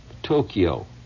Tokyo